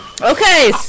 Okay